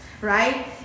right